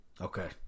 Okay